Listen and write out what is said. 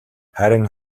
харин